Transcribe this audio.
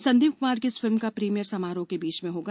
संदीप कुमार की इस फिल्म का प्रीमियर समारोह के बीच में होगा